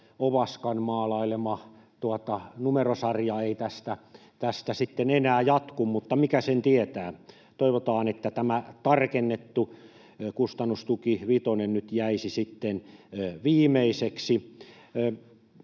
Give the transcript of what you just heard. Ovaskan maalailema numerosarja ei tästä enää jatku, mutta mikäpä sen tietää. Toivotaan, että tämä tarkennettu kustannustuki vitonen nyt jäisi viimeiseksi.